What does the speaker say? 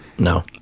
No